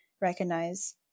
recognize